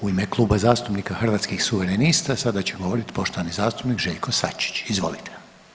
U ime Kluba zastupnika Hrvatskih suverenista sada će govorit poštovani zastupnik Željko Sačić, izvolite.